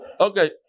Okay